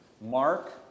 Mark